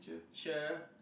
sure